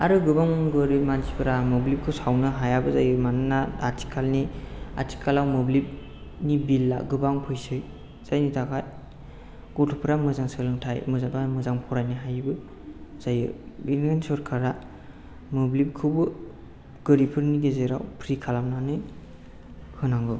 आरो गोबां गोरिब मानसिफोरा मोब्लिबखौ सावनो हायाबो जायो मानोना आथिखालनि आथिखालाव मोब्लिबनि बिला गोबां फैसै जायनि थाखाय गथ'फ्रा मोजां सोलोंथाय मोनजोबा मोजां फरायनो हायैबो जायो बिनिखायनो सरखारा मोब्लिबखौबो गोरिबफोरनि गेजेराव फ्रि खालामनानै होनांगौ